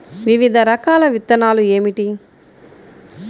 వివిధ రకాల విత్తనాలు ఏమిటి?